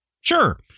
Sure